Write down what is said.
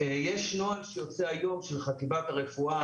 נוהל של חטיבת הרפואה,